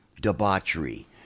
debauchery